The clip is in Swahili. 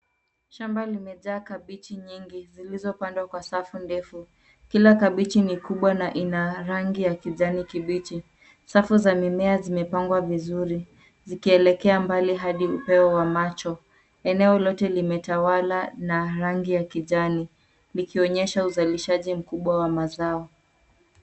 Shamba limejaa kabichi nyingi zilizopandwa kwa safu ndefu. Kila kabichi ni kubwa na ina rangi ya kijani kibichi. Safu za mimea zimepangwa vizuri zikielekea mbali hadi upeo wa macho. Eneo lote limetawala na rangi ya kijani, likionyesha uzalishaji mkubwa wa mazao.